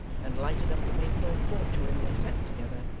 and lighted up the maypole porch wherein they sat together,